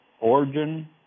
origin